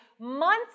months